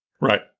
Right